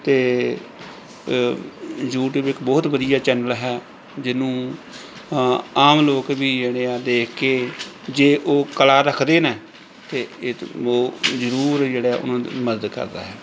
ਅਤੇ ਯੂਟੀਊਬ ਇੱਕ ਬਹੁਤ ਵਧੀਆ ਚੈਨਲ ਹੈ ਜਿਹਨੂੰ ਆਮ ਲੋਕ ਵੀ ਜਿਹੜੇ ਆ ਦੇਖ ਕੇ ਜੇ ਉਹ ਕਲਾ ਰੱਖਦੇ ਨੇ ਅਤੇ ਇਹ ਉਹ ਜ਼ਰੂਰ ਜਿਹੜਾ ਹੈ ਉਹਨਾਂ ਦੀ ਮਦਦ ਕਰਦਾ ਹੈ